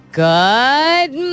good